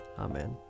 Amen